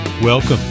Welcome